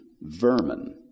vermin